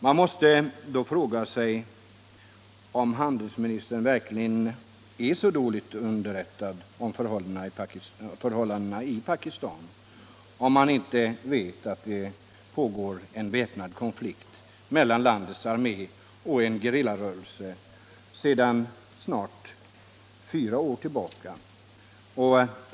Man måste då fråga sig om handelsministern verkligen är så dåligt underrättad om förhållandena i Pakistan att han inte vet om att det pågår en väpnad konflikt mellan landets armé och en gerillarörelse sedan snart fyra år tillbaka.